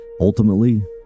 Ultimately